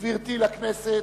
גברתי, לכנסת,